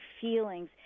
feelings